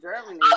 Germany